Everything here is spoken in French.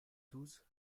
douze